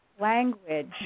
language